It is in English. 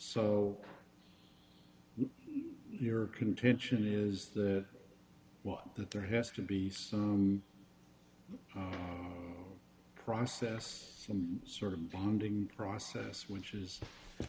so your contention is that well that there has to be some process some sort of bonding process which is